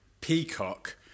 Peacock